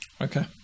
Okay